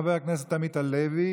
חבר הכנסת עמית הלוי,